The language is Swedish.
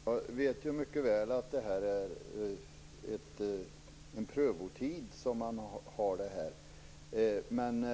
Fru talman! Jag vet mycket väl att det är under en prövotid som man har det här, men